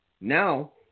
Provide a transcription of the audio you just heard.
now